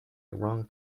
wrong